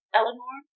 Eleanor